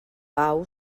pau